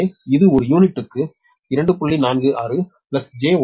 எனவே இது ஒரு யூனிட்டுக்கு 2